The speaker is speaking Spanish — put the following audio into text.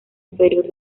inferior